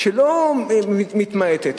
שלא מתמעטת,